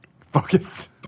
Focus